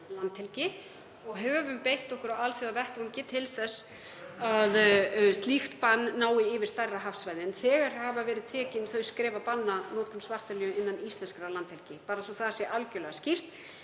að það sé algjörlega skýrt.